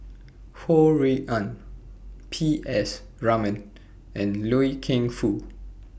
Ho Rui An P S Raman and Loy Keng Foo